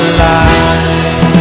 life